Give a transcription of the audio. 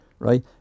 Right